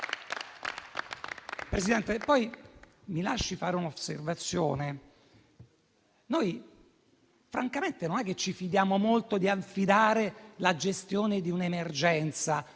Presidente, mi lasci fare un'osservazione: francamente non ci fidiamo molto di affidare la gestione di un'emergenza